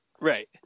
Right